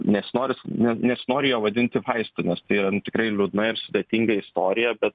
nesinori su ne nesinori jo vadinti vaistu nes tai yra tikrai liūdna ir sudėtinga istorija bet